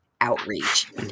Outreach